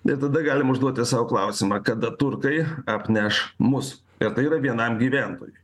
ir tada galim užduoti sau klausimą kada turkai apneš mus ir tai yra vienam gyventojui